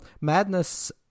Madness